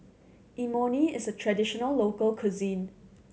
imoni is a traditional local cuisine